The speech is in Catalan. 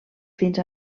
fins